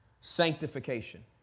sanctification